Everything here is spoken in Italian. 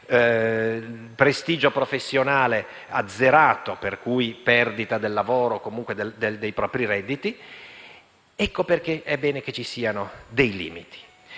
prestigio professionale azzerato, perdita del lavoro e dei propri redditi. Ecco perché è bene che ci siano dei limiti.